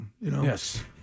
Yes